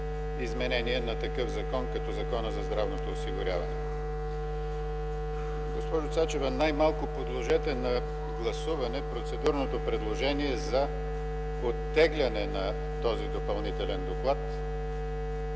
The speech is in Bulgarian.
изменение на такъв закон като Закона за здравното осигуряване. Госпожо Цачева, най-малко подложете на гласуване процедурното предложение за оттегляне на този допълнителен доклад